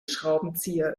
schraubenzieher